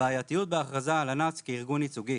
הבעייתיות בהכרזה על אנ"צ כארגון ייצוגי.